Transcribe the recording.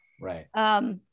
right